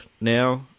now